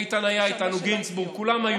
איתן גינזבורג היה איתנו, כולם היו.